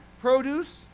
produce